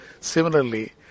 Similarly